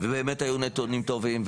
ובאמת היו פה נתונים טובים.